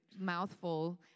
mouthful